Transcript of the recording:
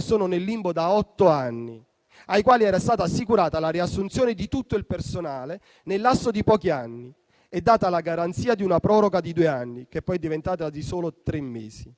sono nel limbo da otto anni, ai quali era stata assicurata la riassunzione di tutto il personale nel lasso di pochi anni e data la garanzia di una proroga di due anni, che poi è diventata di soli tre mesi.